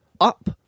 up